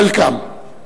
Welcome.